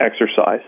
exercise